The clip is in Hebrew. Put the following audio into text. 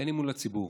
אין אמון לציבור.